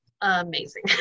amazing